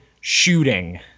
shooting